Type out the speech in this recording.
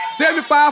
75